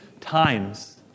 times